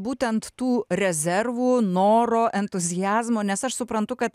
būtent tų rezervų noro entuziazmo nes aš suprantu kad